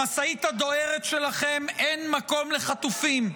במשאית הדוהרת שלכם אין מקום לחטופים,